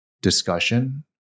discussion